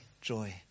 joy